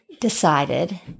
decided